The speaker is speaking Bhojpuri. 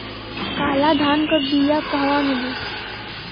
काला धान क बिया कहवा मिली?